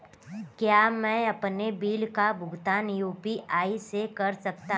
क्या मैं अपने बिल का भुगतान यू.पी.आई से कर सकता हूँ?